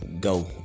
go